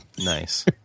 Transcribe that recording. nice